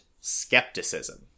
Skepticism